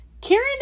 Karen